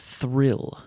thrill